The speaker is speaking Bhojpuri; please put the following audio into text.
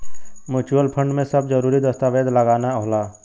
म्यूचुअल फंड में सब जरूरी दस्तावेज लगाना होला